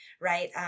right